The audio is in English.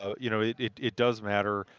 ah you know it it does matter.